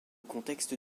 contexte